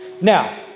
Now